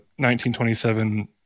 1927 –